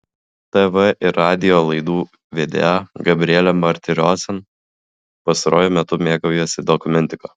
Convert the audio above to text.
tv ir radijo laidų vedėja gabrielė martirosian pastaruoju metu mėgaujasi dokumentika